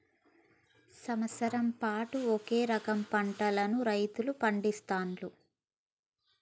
సంవత్సరం పాటు ఒకే రకం పంటలను రైతులు పండిస్తాండ్లు